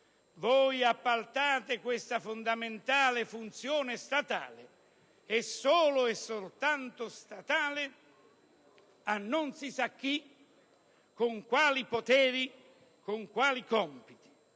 Voi appaltate questa fondamentale funzione statale, solo e soltanto statale, a non si sa chi, né con quali poteri e con quali compiti.